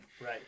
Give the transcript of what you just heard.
Right